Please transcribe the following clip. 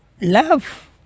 love